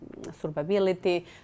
survivability